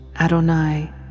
Adonai